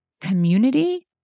community